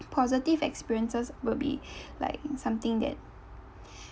positive experiences will be like something that